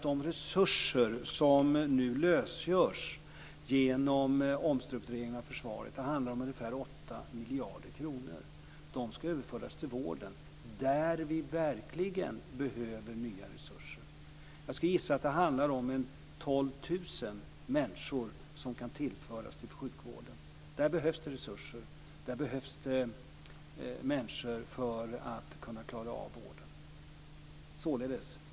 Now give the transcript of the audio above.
De resurser som nu lösgörs genom omstruktureringen av försvaret - det handlar om ungefär 8 miljarder kronor - ska överföras till vården där det verkligen behövs nya resurser. Jag skulle gissa att det handlar om att 12 000 personer kan tillföras sjukvården. Där behövs det, som sagt, resurser; där behövs det människor för att kunna klara av vården.